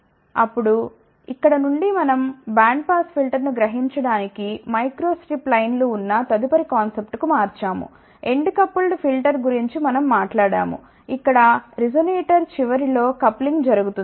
అప్పుడు ఇక్కడ నుండి మనం బ్యాండ్ పాస్ ఫిల్టర్ను గ్రహించడానికి మైక్రోస్ట్రిప్ లైన్లు ఉన్న తదుపరి కాన్సెప్ట్కు మార్చాము ఎండ్ కపుల్డ్ ఫిల్టర్ గురించి మనం మాట్లాడాము ఇక్కడ రెసొనేటర్ చివరిలో కప్లింగ్ జరుగుతుంది